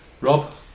Rob